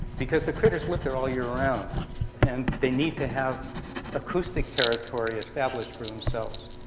because the critters live there all year round and they need to have acoustic territory established for themselves.